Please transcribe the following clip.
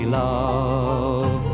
love